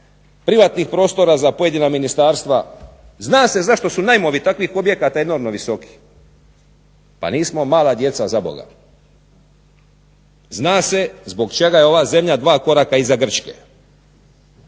privatnih prostora za pojedina ministarstva, zna se zašto su najmovi takvih objekata enormno visoki. Pa nismo mala djeca zaboga! Zna se zbog čega je ova zemlja dva koraka iza Grčke.